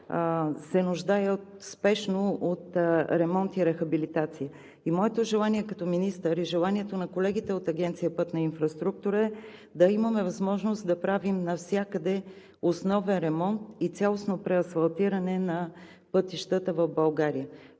се нуждаят спешно от ремонт и рехабилитация. Моето желание като министър и желанието на колегите от Агенция „Пътна инфраструктура“ е да имаме възможност да правим навсякъде основен ремонт и цялостно преасфалтиране на пътищата в България.